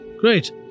Great